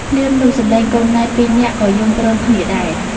ភ្លាមនោះ សំលេងកូនង៉ែតពីរនាក់ក៏យំព្រមគ្នាដែរ ។